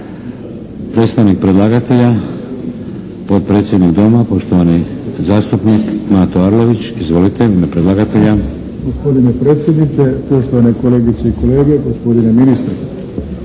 Predstavnik predlagatelja, podpredsjednik Doma poštovani zastupnik Mato Arlović, izvolite u ime predlagatelja. **Arlović, Mato (SDP)** Gospodine predsjedniče, poštovane kolegice i kolege, gospodine ministre.